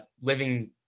living